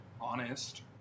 honest